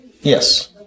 yes